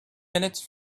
minutes